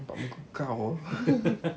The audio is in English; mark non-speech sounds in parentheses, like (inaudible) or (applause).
nampak muka kau (laughs)